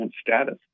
status